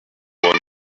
one